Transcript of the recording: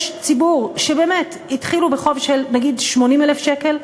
יש ציבור שבאמת התחיל בחוב של נגיד 80,000 שקל,